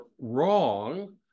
wrong